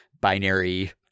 binary